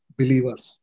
believers